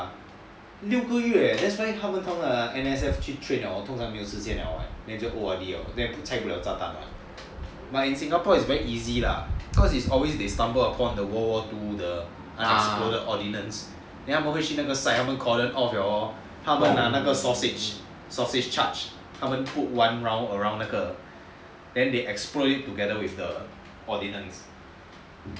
六个月 leh that's why 他们那些 N_S_F train hor 通常没有时间了 [what] then 就 O_R_D liao then 才不了炸弹 but in singapore it's very easy lah cause they suffer upon the world war two the exploded ordinances 他们会去那个 side then 他们 cordoned off liao hor 他们拿那个 sausage charge 他们 put one round around 那个 then they explode it together with the ordinance